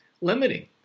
limiting